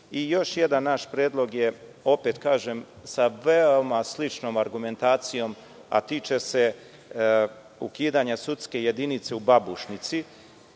Guči. Još jedan naš predlog je, opet kažem, sa veoma sličnom argumentacijom, a tiče se ukidanja sudske jedinice u Babušnici.